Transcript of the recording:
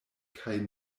kaj